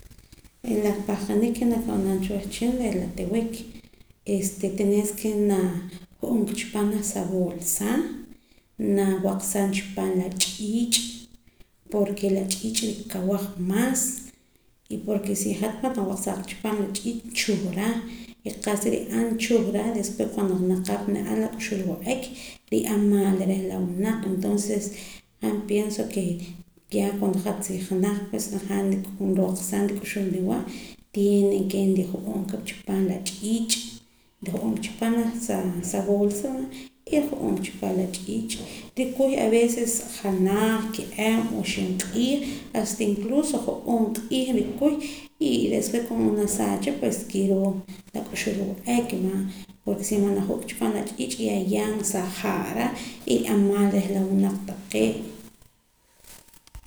La pahqanik ke nab'anam cha wehchin re' la tiwik este tenes ke na ju'um qa chipaam janaj sa boolsa nawaqsaam chipaam la ch'iich' porke la ch'iich nrikawaj maas y porke si hat man nawaq saata chi paam la ch'iich' nchuhra y qa'sa nri'an nchuhra despues cuando naq naqap na'an ak'uxb'al w'aek nri'an maal reh la winaq entonces han pienso ke ya cuando hat si janaj nrajaam nroqsaam rik'uxb'al riwa' tiene ke nriju'um qa chipaam la ch'iich' nriju'um qa chipaam janaj sa boolsa y niriju'um qa chi paam la ch'iich' nrikuy aveces janaj kiam o aveces ixib' q'iij hasta incluso jo'oob' q'iij nrikuy y despues cuando na saacha kiroo la k'uxb'al wa'ak porke si man naju'ta chipaam la ch'iich' yaya sa'jaa'ra y nri'an maal keh la winaq taqee'